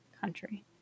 country